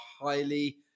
highly